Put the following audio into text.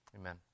amen